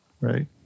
right